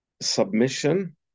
submission